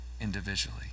individually